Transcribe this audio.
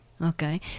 Okay